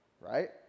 right